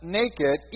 naked